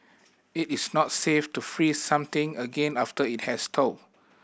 it is not safe to freeze something again after it has thawed